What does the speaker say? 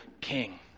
king